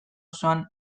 osoan